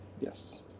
Yes